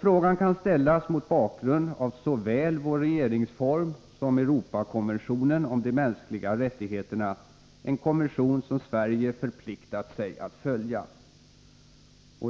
Frågan kan ställas mot bakgrund av såväl vår regeringsform som Europakonventionen om de mänskliga rättigheterna, en konvention som Sverige förpliktat sig att följa.